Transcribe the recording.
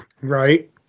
Right